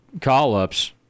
call-ups